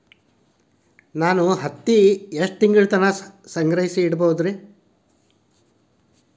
ನಾನು ಹತ್ತಿಯನ್ನ ಎಷ್ಟು ತಿಂಗಳತನ ಸಂಗ್ರಹಿಸಿಡಬಹುದು?